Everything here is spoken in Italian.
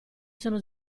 sono